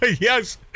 yes